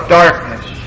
darkness